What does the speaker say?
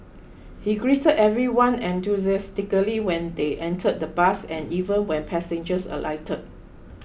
he greeted everyone enthusiastically when they entered the bus and even when passengers alighted